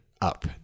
up